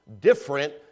different